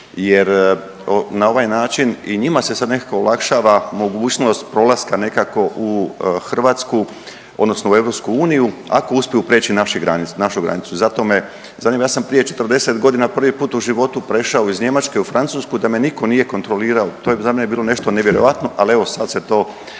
jer na ovaj način i njima se sad nekako olakšava mogućnost prolaska nekako u Hrvatsku, odnosno u EU ako uspiju prijeći našu granicu. Zato me zanima, ja sam prije 40 godina prvi put u životu prešao iz Njemačke u Francusku da me nije nitko kontrolirao. To je za mene bilo nešto nevjerojatno, ali evo sad se to, sad